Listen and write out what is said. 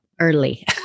early